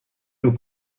nous